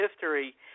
history